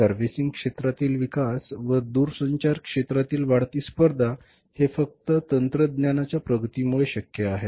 servicing क्षेत्रातील विकास व दूरसंचार क्षेत्रातील वाढती स्पर्धा हे फक्त तंत्रज्ञानाच्या प्रगतीमुळे शक्य आहे